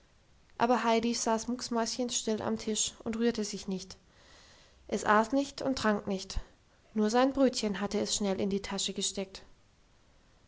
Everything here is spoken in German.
aber heidi saß mäuschenstill am tisch und rührte sich nicht es aß nicht und trank nicht nur sein brötchen hatte es schnell in die tasche gesteckt